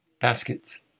Baskets